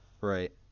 Right